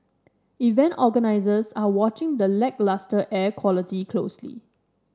event organisers are watching the lacklustre air quality closely